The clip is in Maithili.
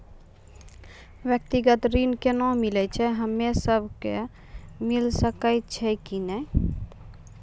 व्यक्तिगत ऋण केना मिलै छै, हम्मे सब कऽ मिल सकै छै कि नै?